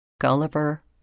gulliver